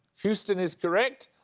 houston is correct.